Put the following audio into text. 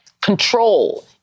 control